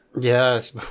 yes